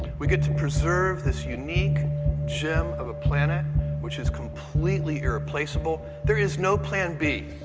we get to preserve this unique gem of a planet which is completely irreplaceable. there is no plan b.